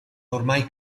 ormai